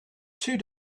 two